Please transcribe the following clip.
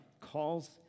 calls